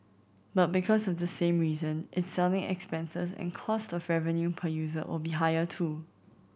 but because of this same reason its selling expenses and cost of revenue per user will be higher too